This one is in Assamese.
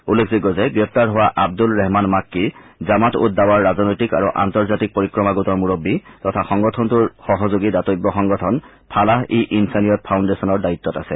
উল্লেখযোগ্য যে গ্ৰেপ্তাৰ হোৱা আন্দুল ৰেহমান মাক্কী জামাত উদ দাৱাৰ ৰাজনৈতিক আৰু আন্তঃৰ্জাতিক পৰিক্ৰমা গোটৰ মুৰববী তথা সংগঠনটোৰ সহযোগী দাতব্য সংগঠন ফালাহ ই ইনচানিয়ত ফাউণ্ডেশ্যনৰ দায়িত্বত আছে